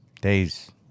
Days